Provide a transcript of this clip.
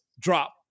drop